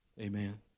Amen